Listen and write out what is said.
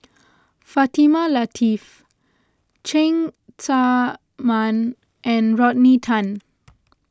Fatimah Lateef Cheng Tsang Man and Rodney Tan